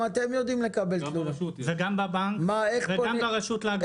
וגם לרשות להגנת הצרכן.